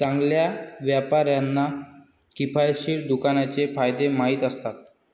चांगल्या व्यापाऱ्यांना किफायतशीर दुकानाचे फायदे माहीत असतात